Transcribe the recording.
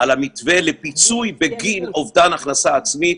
על המתווה לפיצוי בגין אובדן הכנסה עצמית,